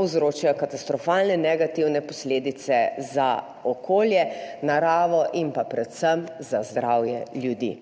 povzročajo katastrofalne negativne posledice za okolje, naravo in predvsem za zdravje ljudi.